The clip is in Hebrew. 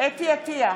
חוה אתי עטייה,